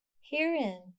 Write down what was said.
Herein